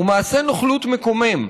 הוא מעשה נוכלות מקומם.